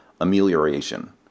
amelioration